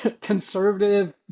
conservative